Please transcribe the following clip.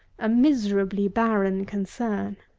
a miserably barren concern.